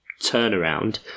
turnaround